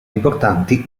importanti